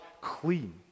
clean